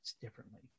differently